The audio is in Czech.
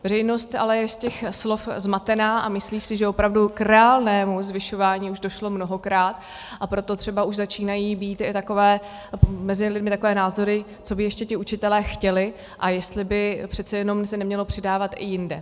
Veřejnost je ale z těch slov zmatená a myslí si, že opravdu k reálnému zvyšování už došlo mnohokrát, a proto už třeba začínají být mezi lidmi i takové názory, co by ještě ti učitelé chtěli a jestli by přece jenom se nemělo přidávat i jinde.